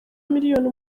miliyoni